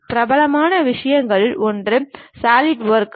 பிரபலமான விஷயங்களில் ஒன்று சாலிட்வொர்க்ஸ்